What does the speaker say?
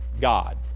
God